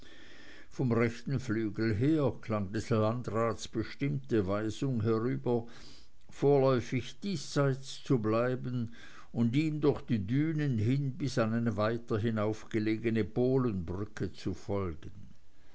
vom rechten flügel her klang des landrats bestimmte weisung herüber vorläufig diesseits zu bleiben und ihm durch die dünen hin bis an eine weiter hinauf gelegene bohlenbrücke zu folgen